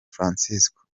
francisco